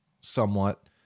somewhat